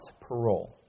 parole